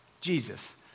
Jesus